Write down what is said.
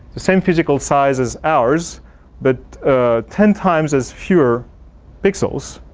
the same physical size as ours but ten times as fewer pixels,